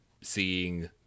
seeing